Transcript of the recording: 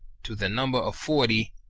to the number of forty,